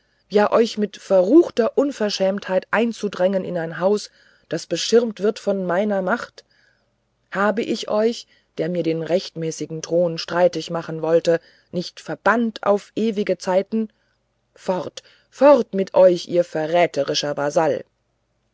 ja euch mit verruchter unverschämtheit einzudrängen in ein haus das beschirmt ist von meiner macht habe ich euch der mir den rechtmäßigen thron streitig machen wollte nicht verbannt auf ewige zeiten fort fort mit euch verräterischer vasall